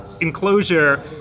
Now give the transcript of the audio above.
enclosure